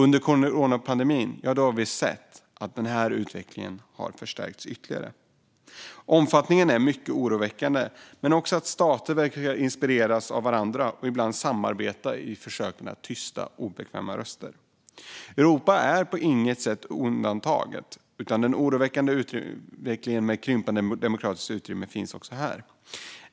Under coronapandemin har vi sett att denna utveckling har förstärkts ytterligare. Omfattningen är mycket oroväckande. Det är också oroväckande att stater verkar inspireras av varandra och ibland samarbeta i försöken att tysta obekväma röster. Europa är på inget sätt undantaget, utan den oroväckande utvecklingen med krympande demokratiskt utrymme finns också här.